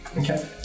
Okay